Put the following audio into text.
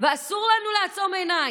ואסור לנו לעצום עיניים.